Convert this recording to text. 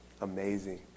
amazing